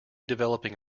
developing